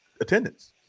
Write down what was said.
attendance